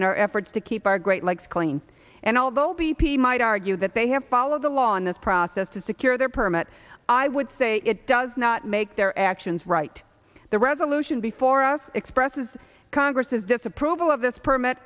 in our efforts to keep our great lakes clean and although b p might argue that they have to follow the law in this process to secure their permit i would say it does not make their actions right the resolution before us expresses congress's disapproval of this permit